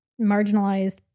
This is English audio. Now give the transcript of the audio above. marginalized